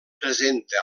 presenta